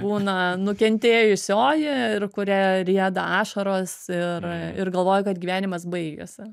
būna nukentėjusioji ir kuriai rieda ašaros ir ir galvoja kad gyvenimas baigėsi